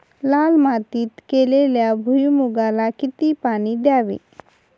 लाल मातीत केलेल्या भुईमूगाला किती पाणी द्यावे?